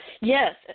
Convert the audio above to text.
Yes